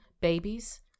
babies